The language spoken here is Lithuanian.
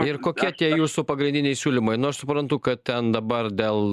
ir kokie tie jūsų pagrindiniai siūlymai nu aš suprantu kad ten dabar dėl